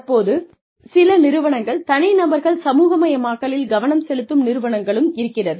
தற்போது சில நிறுவனங்கள் தனிநபர்கள் சமூகமயமாக்கலில் கவனம் செலுத்தும் நிறுவனங்களும் இருக்கிறது